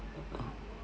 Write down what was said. ah